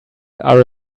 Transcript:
are